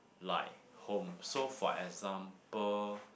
like home so for example